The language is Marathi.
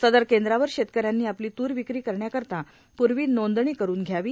सदर केद्रांवर शेतकऱ्यांनी आपली तूर विक्री करण्याकरीता पूर्वी नोंदणी करुन घ्यावी